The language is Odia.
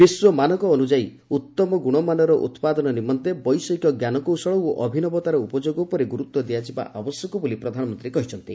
ବିଶ୍ୱ ମାନକ ଅନୁଯାୟୀ ଉତ୍ତମ ଗୁଣମାନର ଉତ୍ପାଦନ ନିମନ୍ତେ ବୈଷୟିକ ଜ୍ଞାନକୌଶଳ ଓ ଅଭିନବତାର ଉପଯୋଗ ଉପରେ ଗୁରୁତ୍ୱ ଦିଆଯିବା ଆବଶ୍ୟକ ବୋଲି ପ୍ରଧାନମନ୍ତ୍ରୀ କହିଛନ୍ତି